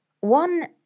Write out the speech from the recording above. One